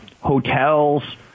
hotels